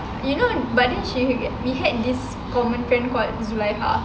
you know but then she we had this common friend called zulaikha